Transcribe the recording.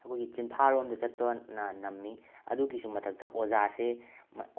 ꯑꯩꯈꯣꯏꯒꯤ ꯆꯤꯟꯐꯥꯔꯣꯝꯗ ꯆꯠꯄꯅ ꯅꯝꯃꯤ ꯑꯗꯨꯒꯤꯁꯨ ꯃꯊꯛꯇ ꯑꯣꯖꯥꯁꯦ